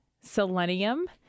selenium